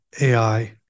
AI